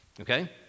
okay